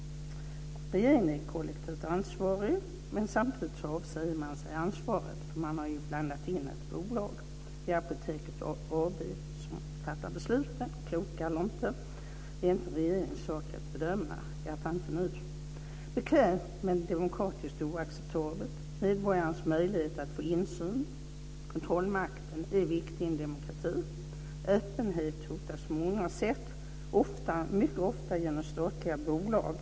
Regeringen är kollektivt ansvarig, men avsäger sig samtidigt ansvaret, för man har ju blandat in ett bolag. Det är Apoteket AB som fattar besluten. Om de är kloka eller inte är inte regeringens sak att bedöma, i varje fall inte nu. Det är bekvämt men demokratiskt oacceptabelt. Medborgarnas möjlighet att få insyn, kontrollmakten, är viktig i en demokrati. Öppenhet hotas på många sätt och mycket ofta genom statliga bolag.